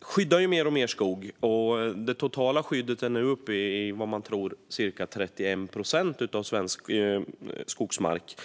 skyddar mer och mer skog. Man tror att det totala skyddet nu är uppe i ca 31 procent av svensk skogsmark.